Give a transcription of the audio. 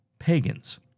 pagans